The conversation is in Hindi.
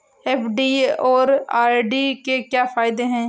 एफ.डी और आर.डी के क्या फायदे हैं?